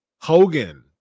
hogan